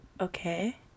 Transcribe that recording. Okay